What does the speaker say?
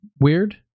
Weird